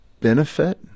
benefit